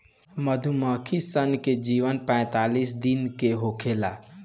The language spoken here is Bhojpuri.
मधुमक्खी सन के जीवन पैतालीस दिन के होखेला